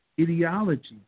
ideology